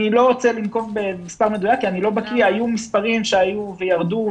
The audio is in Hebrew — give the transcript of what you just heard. אני לא רוצה לנקוב במספר כי היו מספרים שעלו וירדו.